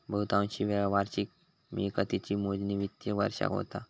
बहुतांशी वेळा वार्षिक मिळकतीची मोजणी वित्तिय वर्षाक होता